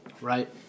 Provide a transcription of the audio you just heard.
Right